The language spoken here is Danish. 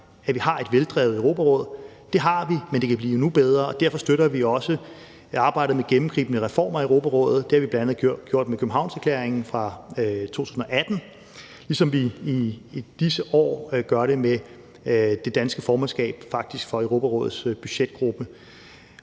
at vi har et veldrevet Europaråd. Det har vi, men det kan blive endnu bedre, og derfor støtter vi også arbejdet med gennemgribende reformer i Europarådet. Det har vi bl.a. gjort med Københavnserklæringen fra 2018 ligesom vi i disse år gør det med det danske formandskab – faktisk for Europarådets budgetgruppe.